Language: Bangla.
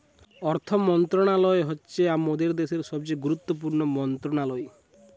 অর্থ মন্ত্রণালয় হচ্ছে মোদের দ্যাশের সবথেকে গুরুত্বপূর্ণ মন্ত্রণালয়